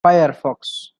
firefox